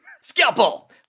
Scalpel